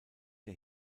der